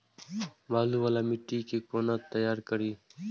बालू वाला मिट्टी के कोना तैयार करी?